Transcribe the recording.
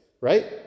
right